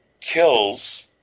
kills